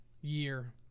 year